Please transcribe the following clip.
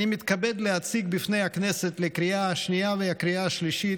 אני מתכבד להציג בפני הכנסת לקריאה שנייה ולקריאה שלישית